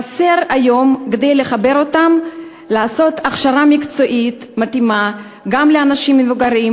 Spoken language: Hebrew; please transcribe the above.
כדי לחבר אותם צריך היום לעשות הכשרה מקצועית מתאימה גם לאנשים מבוגרים,